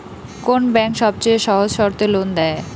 কোন ব্যাংক সবচেয়ে সহজ শর্তে লোন দেয়?